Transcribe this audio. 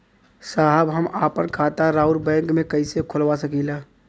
साहब हम आपन खाता राउर बैंक में कैसे खोलवा सकीला?